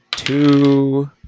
Two